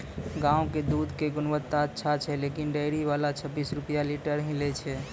गांव के दूध के गुणवत्ता अच्छा छै लेकिन डेयरी वाला छब्बीस रुपिया लीटर ही लेय छै?